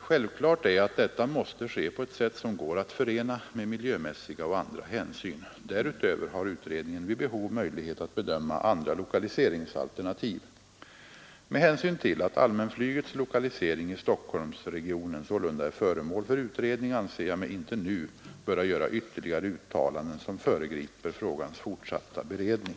Självklart är att detta måste ske på ett sätt som går att förena med miljömässiga och andra hänsyn. Därutöver har utredningen vid behov möjlighet att bedöma andra lokaliseringsalternativ. Med hänsyn till att allmänflygets lokalisering i Stockholmsregionen sålunda är föremål för utredning anser jag mig inte nu böra göra ytterligare uttalanden som föregriper frågans fortsatta beredning.